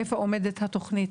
איפה עומדת התוכנית?